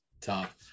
tough